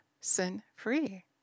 sin-free